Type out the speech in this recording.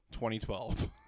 2012